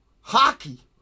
Hockey